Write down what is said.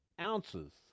ounces